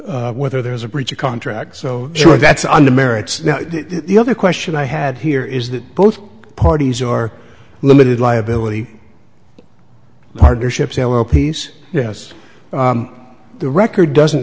of whether there was a breach of contract so sure that's on the merits now the other question i had here is that both parties are limited liability partnerships ala piece yes the record doesn't